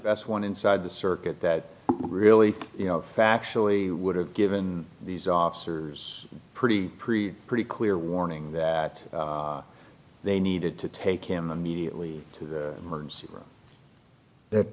best one inside the circuit that really you know factually would have given these officers pretty pretty clear warning that they needed to take him immediately to the emergency room